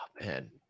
Man